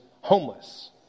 homeless